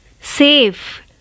Safe